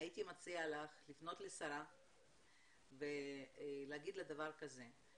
הייתי מציעה לך לפנות לשרה ולהגיד לה דבר כזה,